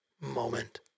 moment